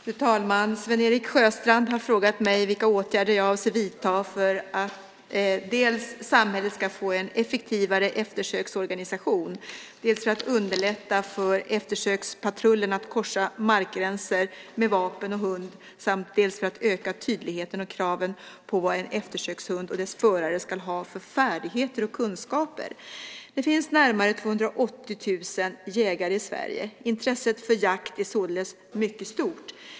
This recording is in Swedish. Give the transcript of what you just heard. Fru talman! Sven-Erik Sjöstrand har frågat mig vilka åtgärder jag avser att vidta dels för att samhället ska få en effektivare eftersöksorganisation, dels för att underlätta för eftersökspatrullen att korsa markgränser med vapen och hund samt dels för att öka tydligheten och kraven på vad en eftersökshund och dess förare ska ha för färdigheter och kunskaper. Det finns närmare 280 000 jägare i Sverige. Intresset för jakt är således mycket stort.